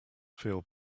feel